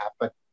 happen